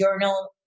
journal